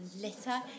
litter